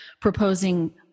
proposing